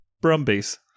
Brumbies